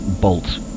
bolt